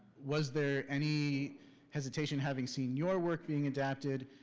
was there any hesitation, having seen your work being adapted,